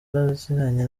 aziranye